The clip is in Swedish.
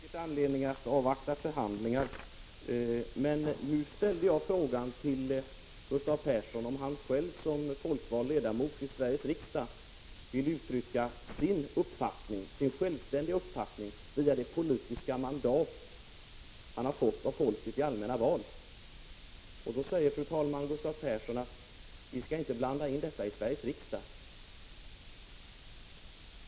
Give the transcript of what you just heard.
Fru talman! Det finns säkert anledning att avvakta förhandlingar, men nu ställde jag frågan till Gustav Persson om han själv som folkvald ledamot i Sveriges riksdag vill uttrycka sin uppfattning, sin självständiga uppfattning via det politiska mandat som han har fått av folket i allmänna val. Gustav Persson svarar att vi skall inte blanda in Sveriges riksdag.